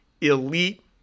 elite